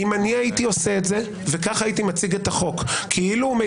שימו לב שכולם מדברים ------ תפקיד